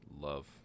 love